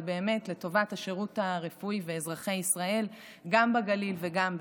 אבל באמת לטובת השירות הרפואי לאזרחי ישראל גם בגליל וגם בנגב.